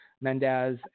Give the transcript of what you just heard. Mendez